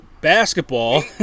Basketball